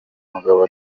mugabo